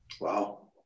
Wow